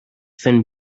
thin